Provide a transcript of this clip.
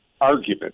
argument